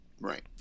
right